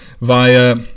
via